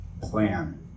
plan